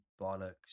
bollocks